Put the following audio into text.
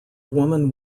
woman